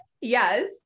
Yes